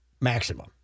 maximum